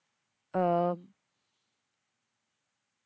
um